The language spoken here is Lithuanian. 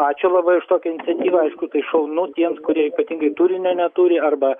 ačiū labai už tokią iniciatyvą aišku tai šaunu tiems kurie ypatingai turinio neturi arba